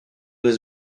was